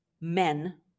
men